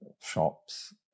shops